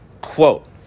quote